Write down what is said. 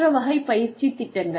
மற்ற வகை பயிற்சித் திட்டங்கள்